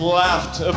laughed